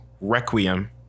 requiem